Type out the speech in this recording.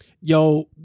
Yo